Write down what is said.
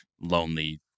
lonely